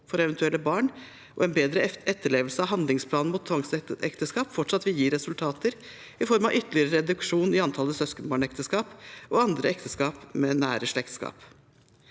forekommer, samt en bedre etterlevelse av handlingsplanen mot tvangsekteskap, fortsatt vil gi resultater i form av ytterligere reduksjon i antallet søskenbarnekteskap og andre ekteskap mellom nære slektninger.